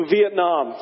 Vietnam